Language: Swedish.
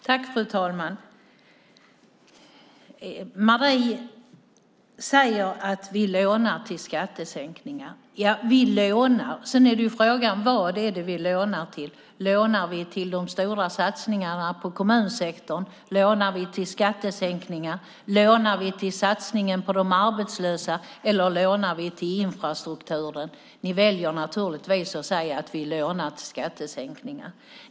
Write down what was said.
Fru talman! Marie säger att vi lånar till skattesänkningar. Ja, vi lånar. Sedan är frågan vad det är som vi lånar till. Lånar vi till de stora satsningarna på kommunsektorn? Lånar vi till skattesänkningar? Lånar vi till satsningen på de arbetslösa, eller lånar vi till infrastrukturen? Ni väljer naturligtvis att säga att vi lånar till skattesänkningar.